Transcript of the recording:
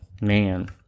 Man